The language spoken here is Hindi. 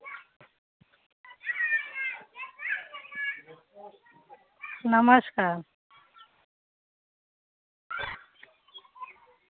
नमस्कार